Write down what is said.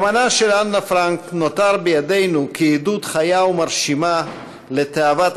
יומנה של אנה נותר בידינו כעדות חיה ומרשימה לתאוות